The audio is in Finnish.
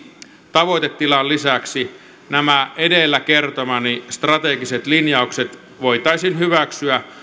tavoitetilan lisäksi nämä edellä kertomani strategiset linjaukset voitaisiin hyväksyä